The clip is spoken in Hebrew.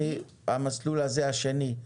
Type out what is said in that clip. המסלול הזה, השני,